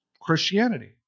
Christianity